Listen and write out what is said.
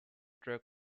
drug